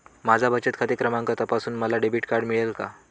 माझा बचत खाते क्रमांक तपासून मला डेबिट कार्ड मिळेल का?